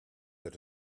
that